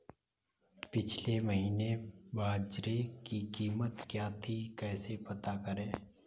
पिछले महीने बाजरे की कीमत क्या थी कैसे पता करें?